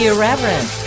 Irreverent